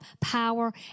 power